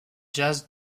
jazz